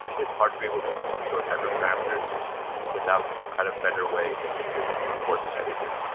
it's hard to be able to tune those hyperparameters without some kind of better way than just like brute forcing everything.